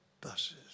buses